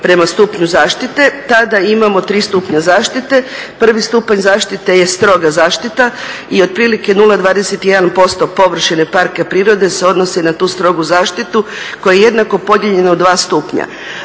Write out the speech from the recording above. prema stupnju zaštite tada imamo tri stupnja zaštite. Prvi stupanj zaštite je stroga zaštita i od prilike 0,21% površine parka prirode se odnosi na tu strogu zaštitu koja je jednako podijeljena u dva stupnja